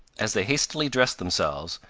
as they hastily dressed themselves,